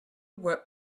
what